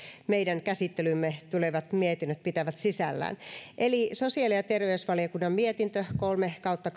meidän käsittelyymme tulevat mietinnöt pitävät sisällään eli sosiaali ja terveysvaliokunnan mietintö kolme kautta